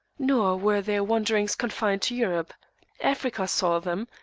nor were their wanderings confined to europe africa saw them,